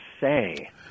say